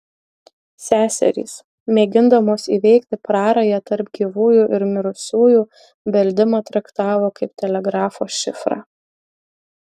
seserys mėgindamos įveikti prarają tarp gyvųjų ir mirusiųjų beldimą traktavo kaip telegrafo šifrą